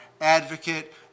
Advocate